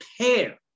pair